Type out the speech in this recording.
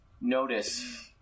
notice